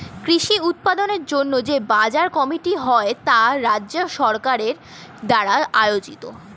কৃষি উৎপাদনের জন্য যে বাজার কমিটি হয় তা রাজ্য সরকার দ্বারা আয়োজিত